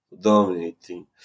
dominating